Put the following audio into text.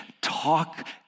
Talk